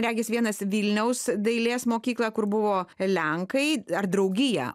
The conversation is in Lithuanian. regis vienas vilniaus dailės mokyklą kur buvo lenkai ar draugiją